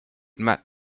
met